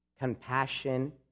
Compassion